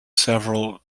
several